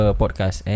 podcast